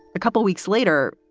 a couple weeks later,